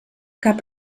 cap